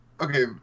okay